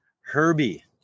Herbie